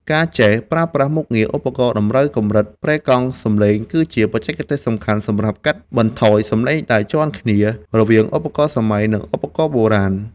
ការចេះប្រើប្រាស់មុខងារ ឧបករណ៍តម្រូវកម្រិតប្រេកង់សំឡេង គឺជាបច្ចេកទេសសំខាន់សម្រាប់កាត់បន្ថយសំឡេងដែលជាន់គ្នា រវាងឧបករណ៍សម័យ និងឧបករណ៍បុរាណ។